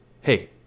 hey